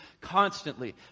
constantly